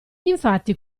infatti